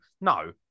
No